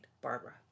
Barbara